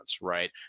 right